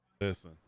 Listen